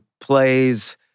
plays